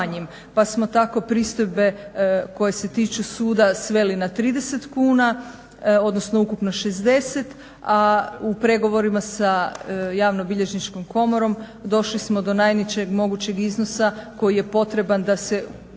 Pa smo tako pristojbe koje se tiču suda sveli na 30 kuna, odnosno ukupno 60, a u pregovorima sa javnobilježničkom komorom došli smo do najnižeg mogućeg iznosa koji je potreban da se u